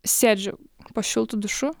sėdžiu po šiltu dušu